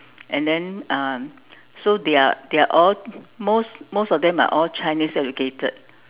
and then um so they are they are all most most of them are all Chinese educated